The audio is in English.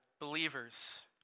believers